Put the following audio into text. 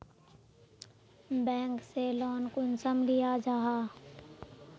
Bank से loan कुंसम लिया जाहा?